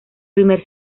primer